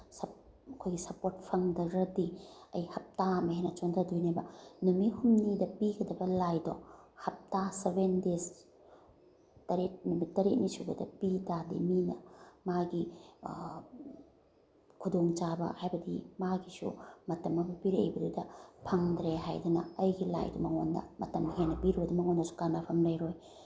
ꯑꯩꯈꯣꯏꯒꯤ ꯁꯄꯣꯔꯠ ꯐꯪꯗ꯭ꯔꯒꯗꯤ ꯑꯩ ꯍꯞꯇꯥ ꯑꯃ ꯍꯦꯟꯅ ꯆꯣꯟꯊꯗꯣꯏꯅꯦꯕ ꯅꯨꯃꯤꯠ ꯍꯨꯝꯅꯤꯗ ꯄꯤꯒꯗꯕ ꯂꯥꯏꯗꯣ ꯍꯞꯇꯥ ꯁꯚꯦꯟ ꯗꯦꯁ ꯇꯔꯦꯠ ꯅꯨꯃꯤꯠ ꯇꯔꯦꯠꯅꯤ ꯁꯨꯕꯗ ꯄꯤ ꯇꯥꯔꯒꯗꯤ ꯃꯤꯅ ꯃꯥꯒꯤ ꯈꯨꯗꯣꯡꯆꯥꯕ ꯍꯥꯏꯕꯗꯤ ꯃꯥꯒꯤꯁꯨ ꯃꯇꯝ ꯑꯃ ꯄꯤꯔꯛꯏꯕꯗꯨꯗ ꯐꯪꯗ꯭ꯔꯦ ꯍꯥꯏꯗꯅ ꯑꯩꯒꯤ ꯂꯥꯏꯗꯣ ꯃꯉꯣꯟꯗ ꯃꯇꯝ ꯍꯦꯟꯅ ꯄꯤꯔꯨꯔꯗꯤ ꯃꯉꯣꯟꯗꯁꯨ ꯀꯥꯅꯐꯝ ꯂꯩꯔꯣꯏ